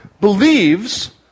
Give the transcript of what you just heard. believes